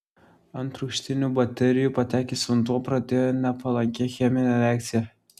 ant rūgštinių baterijų patekęs vanduo pradėjo nepalankę cheminę reakciją